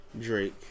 Drake